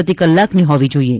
પ્રતિ કલાકની હોવી જોઈએ